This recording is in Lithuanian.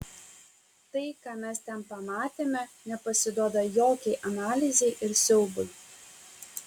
tai ką mes ten pamatėme nepasiduoda jokiai analizei ir siaubui